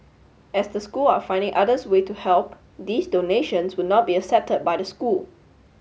as the school are finding others way to help these donations would not be accepted by the school